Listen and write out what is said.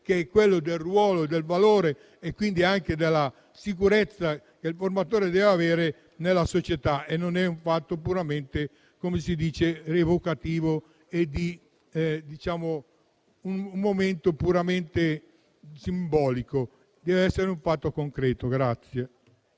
che è quello del ruolo, del valore e quindi anche della sicurezza che il formatore deve avere nella società. Non si tratta di un fatto puramente evocativo e di un momento puramente simbolico, ma deve essere un fatto concreto.